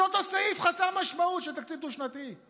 זה אותו סעיף חסר משמעות של תקציב דו-שנתי.